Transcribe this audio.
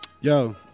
yo